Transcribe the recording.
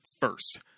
first